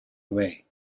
away